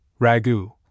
ragu